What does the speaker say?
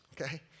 okay